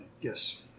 yes